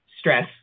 stress